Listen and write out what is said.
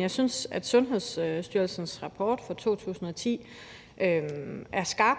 Jeg synes, at Sundhedsstyrelsens rapport fra 2010 er skarp.